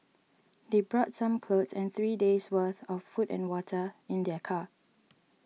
they brought some clothes and three days' worth of food and water in their car